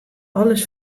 alles